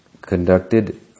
conducted